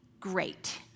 great